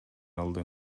алды